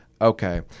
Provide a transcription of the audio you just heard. Okay